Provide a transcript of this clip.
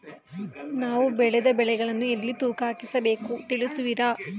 ನಾವು ಬೆಳೆದ ಬೆಳೆಗಳನ್ನು ಎಲ್ಲಿ ತೂಕ ಹಾಕಿಸ ಬೇಕು ತಿಳಿಸುವಿರಾ?